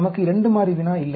நமக்கு 2 மாறி வினா இல்லை